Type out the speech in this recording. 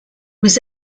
was